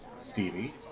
Stevie